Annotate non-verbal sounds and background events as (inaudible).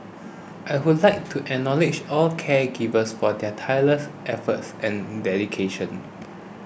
(noise) I would like to acknowledge all caregivers for their tireless efforts and dedication